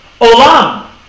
Olam